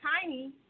Tiny